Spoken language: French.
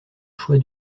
choix